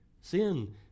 Sin